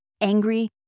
angry